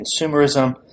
consumerism